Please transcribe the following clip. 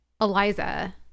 Eliza